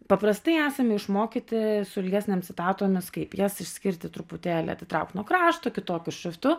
paprastai esame išmokyti su ilgesnėm citatomis kaip jas išskirti truputėlį atitraukt nuo krašto kitokiu šriftu